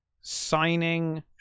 signing